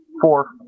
Four